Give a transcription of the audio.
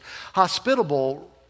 Hospitable